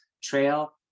trail